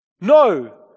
no